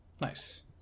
Nice